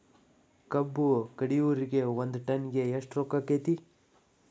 ಕಬ್ಬು ಕಡಿಯುವರಿಗೆ ಒಂದ್ ಟನ್ ಗೆ ಎಷ್ಟ್ ರೊಕ್ಕ ಆಕ್ಕೆತಿ?